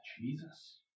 Jesus